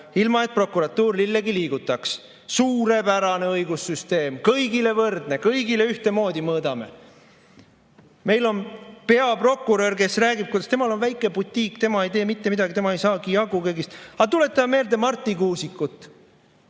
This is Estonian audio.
ilma et prokuratuur lillegi liigutaks. Suurepärane õigussüsteem! Kõigile võrdne, kõigile ühtemoodi mõõdame. Meil on peaprokurör, kes räägib, kuidas temal on väike butiik, tema ei tee mitte midagi, tema ei saagi jagu kõigist. Aga tuletame meelde Marti Kuusikut.